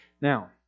Now